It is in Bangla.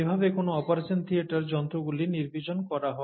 এভাবে কোনও অপারেশন থিয়েটার যন্ত্রগুলি নির্বীজিত করা হয়